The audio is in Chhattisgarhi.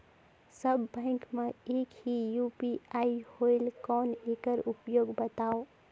सब बैंक मे एक ही यू.पी.आई होएल कौन एकर उपयोग बताव?